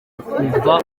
ukumva